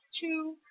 two